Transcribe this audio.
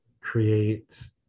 create